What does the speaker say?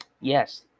Yes